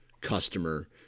customer